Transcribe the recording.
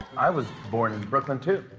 i was born in brooklyn, too.